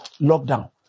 lockdown